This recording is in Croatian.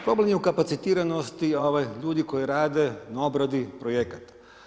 Problem je u kapacitiranosti ljudi koji rade na obradi projekata.